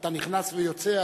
אתה נכנס ויוצא,